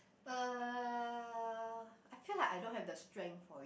uh I feel like I don't have the strength for it